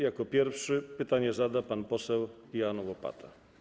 Jako pierwszy pytanie zada pan poseł Jan Łopata.